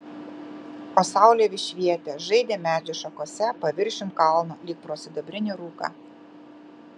o saulė vis švietė žaidė medžių šakose paviršium kalno lyg pro sidabrinį rūką